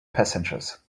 passengers